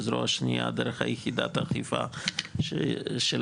בזרוע שנייה דרך יחידת האכיפה שלה.